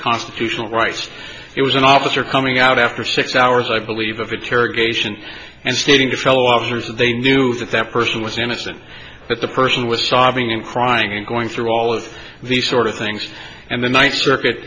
constitutional rights it was an officer coming out after six hours i believe of interrogation and stating to fellow officers that they knew that that person was innocent but the person was sobbing and crying and going through all of these sort of things and the ninth circuit